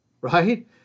Right